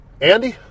Andy